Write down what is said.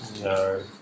No